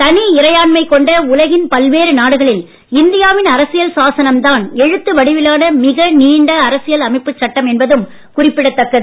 தனி இறையாண்மை கொண்ட உலகின் பல்வேறு நாடுகளில் இந்தியாவின் அரசியல் சாசனம் தான் எழுத்து வடிவிலான மிக நீண்ட அரசியல் அமைப்பு சட்டம் என்பதும் குறிப்பிடத் தக்கது